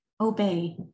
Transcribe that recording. obey